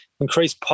increase